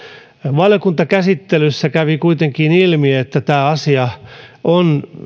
valiokuntakäsittelyssä kävi kuitenkin ilmi että tämä asia on